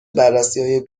بررسیهای